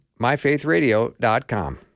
myfaithradio.com